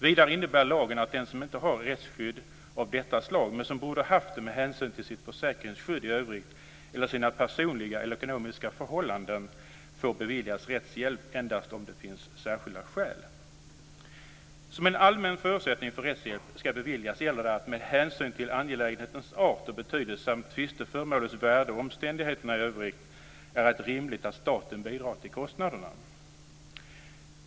Vidare innebär lagen att den som inte har rättsskydd av detta slag, men som borde ha haft det med hänsyn till sitt försäkringsskydd i övrigt eller sina personliga och ekonomiska förhållanden, får beviljas rättshjälp endast om det finns särskilda skäl. Som en allmän förutsättning för att rättshjälp ska beviljas gäller att det, med hänsyn till angelägenhetens art och betydelse, tvisteföremålets värde och omständigheterna i övrigt, är rimligt att staten bidrar till kostnaderna.